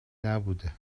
نبوده